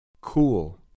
Cool